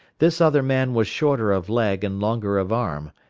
this other man was shorter of leg and longer of arm,